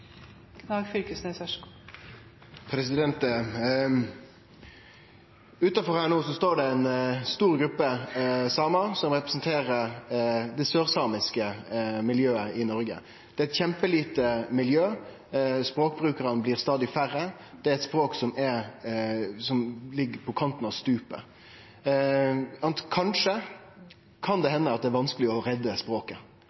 Utanfor her no står det ei stor gruppe samar, som representerer det sørsamiske miljøet i Noreg. Det er eit kjempelite miljø, språkbrukarane blir stadig færre, det er eit språk som ligg på kanten av stupet. Kanskje kan det